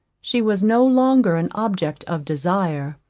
she was no longer an object of desire